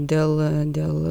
dėl dėl